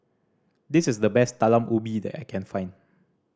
this is the best Talam Ubi that I can find